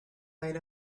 might